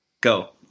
Go